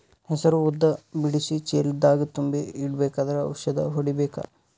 ಹೆಸರು ಉದ್ದ ಬಿಡಿಸಿ ಚೀಲ ದಾಗ್ ತುಂಬಿ ಇಡ್ಬೇಕಾದ್ರ ಔಷದ ಹೊಡಿಬೇಕ?